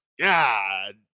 God